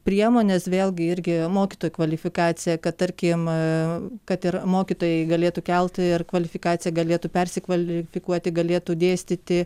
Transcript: priemonės vėlgi irgi mokytojų kvalifikacija kad tarkim kad ir mokytojai galėtų kelti kvalifikaciją galėtų persikvalifikuoti galėtų dėstyti